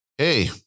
Hey